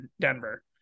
Denver